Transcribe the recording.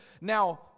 Now